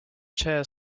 chair